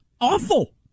awful